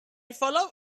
follow